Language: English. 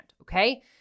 okay